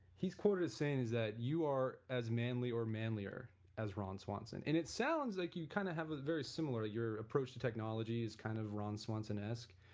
he's quoted saying is that you are as manly or manlier as ron swanson and it sounds like you kind of have a very similar, your approach to technology is kind of ron swanson esq.